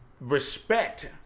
respect